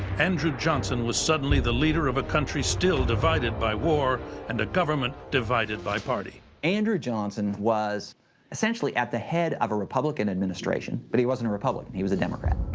andrew johnson was suddenly the leader of a country still divided by war and a government divided by party. andrew johnson was essentially at the head of a republican administration. but he wasn't a republican. he was as democrat.